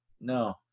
No